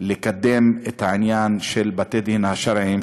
לקדם את העניין של בתי-הדין השרעיים,